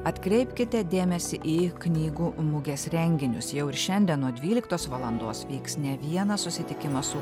atkreipkite dėmesį į knygų mugės renginius jau ir šiandien nuo dvyliktos valandos vyks ne vienas susitikimas su